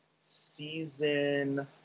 season